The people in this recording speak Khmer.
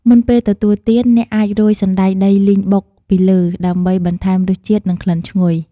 មុនពេលទទួលទាន អ្នកអាចរោយ សណ្ដែកដីលីងបុកពីលើ ដើម្បីបន្ថែមរសជាតិ និងក្លិនឈ្ងុយ។